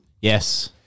Yes